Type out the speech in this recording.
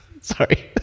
Sorry